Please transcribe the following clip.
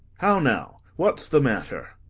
how now! what's the matter?